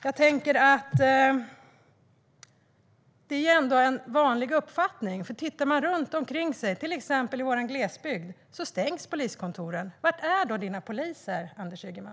Jag tror att detta ändå är en vanlig uppfattning. Tittar man runt omkring sig, till exempel i vår glesbygd, ser man att poliskontoren stängs. Var är då dina poliser, Anders Ygeman?